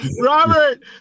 Robert